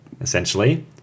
essentially